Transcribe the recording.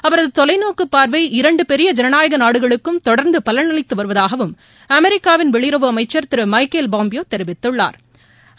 அவரது தொலைநோக்குப் பார்வை இரண்டு பெரிய ஜனநாயக நாடுகளுக்கும் தொடர்ந்து பலனளித்து வருவதாகவும் அமெரிக்காவின் வெளியுறவு அமைச்சா் திரு மைக்கேல் பாம்பியோ தெரிவித்துள்ளாா்